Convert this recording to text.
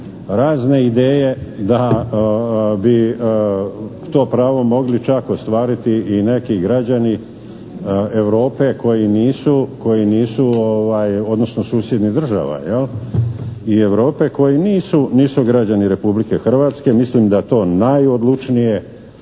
razne ideje da bi to pravo mogli čak ostvariti čak i neki građani Europe koji nisu, odnosno susjednih država, jel' i Europe, koji nisu građani Republike Hrvatske. Mislim da to najodlučnije